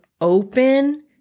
open